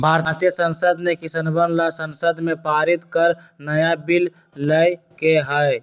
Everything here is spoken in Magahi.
भारतीय संसद ने किसनवन ला संसद में पारित कर नया बिल लय के है